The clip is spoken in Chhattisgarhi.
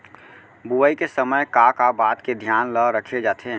बुआई के समय का का बात के धियान ल रखे जाथे?